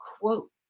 quote